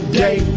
day